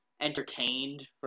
entertained